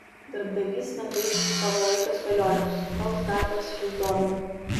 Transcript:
darbdavys negaiš savo laiko spėlionėms koks darbas jus domina